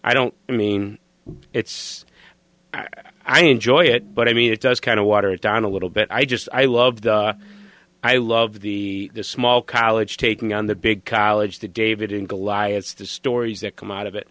i don't mean it's i enjoy it but i mean it does kind of water it down a little bit i just i love the i love the small college taking on the big college the david and goliath stories that come out of it